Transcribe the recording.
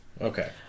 Okay